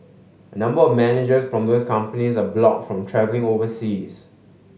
a number of managers from those companies are blocked from travelling overseas